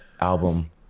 album